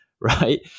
right